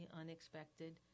unexpected